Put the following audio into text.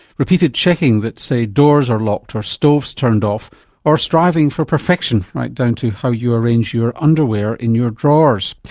repeated checking that, say, doors are locked or stoves turned off or striving for perfection right down to how you arrange your underwear in your drawers.